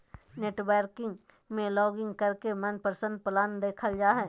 net banking में login करके मनपसंद प्लान देखल जा हय